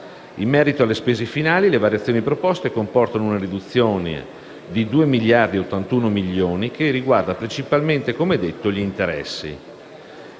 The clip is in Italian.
In merito alle spese finali, le variazioni proposte comportano una riduzione di 2 miliardi e 81 milioni che riguardano principalmente - come detto - gli interessi.